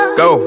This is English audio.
go